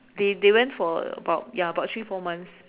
they they went for about ya about three four months